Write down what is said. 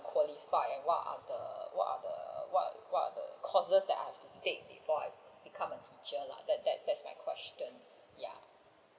qualified and what are the what are the what are the courses I have to take before I become a teacher lah that that is my question ya